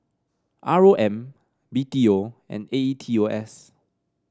R O M B T O and A E T O S